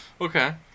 okay